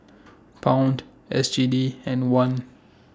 Pound S G D and Won